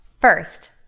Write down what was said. First